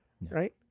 Right